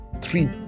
three